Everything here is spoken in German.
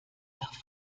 nach